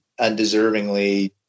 undeservingly